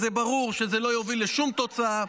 ברור שזה לא יוביל לשום תוצאה.